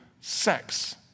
sex